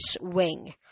wing